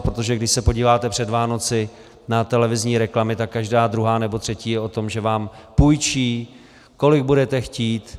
Protože když se podíváte před Vánoci na televizní reklamy, tak každá druhá nebo třetí je o tom, že vám půjčí, kolik budete chtít.